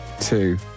Two